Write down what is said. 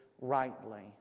rightly